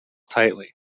tightly